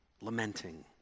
lamenting